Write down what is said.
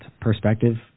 perspective